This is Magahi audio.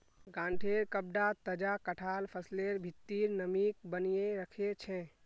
गांठेंर कपडा तजा कटाल फसलेर भित्रीर नमीक बनयें रखे छै